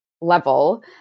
level